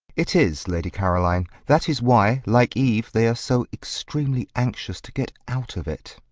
it is, lady caroline. that is why, like eve, they are so extremely anxious to get out of it.